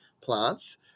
plants